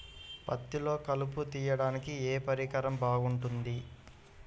పత్తిలో కలుపు తీయడానికి ఏ పరికరం బాగుంటుంది?